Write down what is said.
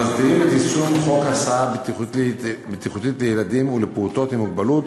המסדירים את יישום חוק הסעה בטיחותית לילדים ולפעוטות עם מוגבלות